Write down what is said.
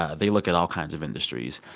ah they look at all kinds of industries.